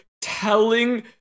telling